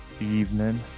evening